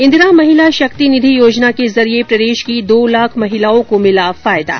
इंदिरा महिला शक्ति निधि योजना के जरिये प्रदेश की दो लाख महिलाओं को मिला फायदा